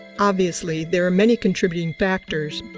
obviously, there are many contributing factors,